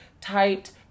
typed